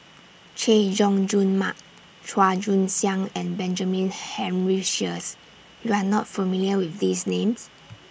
Chay Jung Jun Mark Chua Joon Siang and Benjamin Henry Sheares YOU Are not familiar with These Names